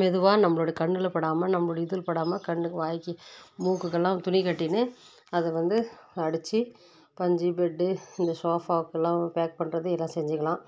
மெதுவாக நம்பளோட கண்ணில் படாமல் நம்பளோடய இதில் படாமல் கண் வாய்க்கு மூக்குக்கெலாம் துணி கட்டின்னு அதை வந்து அடிச்சு பஞ்சு பெட்டு இந்த சோஃபாக்கெலாம் பேக் பண்ணுறது இதெல்லாம் செஞ்சுக்கலாம்